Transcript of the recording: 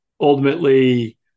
ultimately